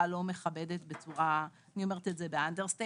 לא מכבדת אני אומרת את זה באנדרסטייטמנט